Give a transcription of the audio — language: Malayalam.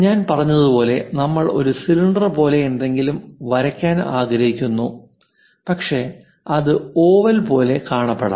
ഞാൻ പറഞ്ഞതുപോലെ നമ്മൾ ഒരു സിലിണ്ടർ പോലെ എന്തെങ്കിലും വരയ്ക്കാൻ ആഗ്രഹിക്കുന്നു പക്ഷേ അത് ഓവൽ പോലെ കാണപ്പെടാം